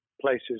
places